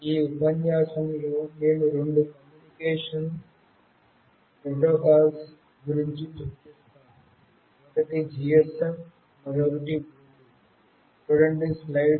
ఈ ఉపన్యాసంలో నేను రెండు కమ్యూనికేషన్ ప్రోటోకాల్స్ గురించి చర్చిస్తాను ఒకటి GSM మరియు మరొకటి బ్లూటూత్